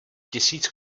tisíc